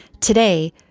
Today